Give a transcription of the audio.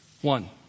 One